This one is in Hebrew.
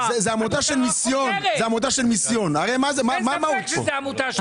קראתם לעמותות ושאלתם אותן את